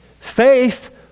Faith